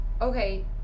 Okay